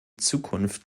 zukunft